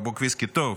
בקבוק ויסקי טוב,